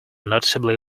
noticeably